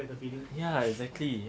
yeah exactly